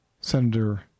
Senator